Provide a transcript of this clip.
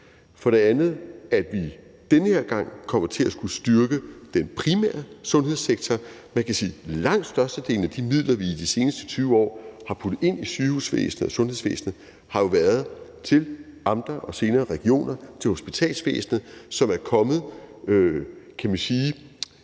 vil være, at vi den her gang kommer til at skulle styrke den primære sundhedssektor. Man kan sige, at langt størstedelen af de midler, vi i de seneste 20 år har puttet ind i sygehusvæsenet og sundhedsvæsenet, jo har været til amter og senere regioner, til hospitalsvæsenet, som er kommet, kan man sige,